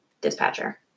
dispatcher